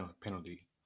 penalty